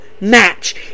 match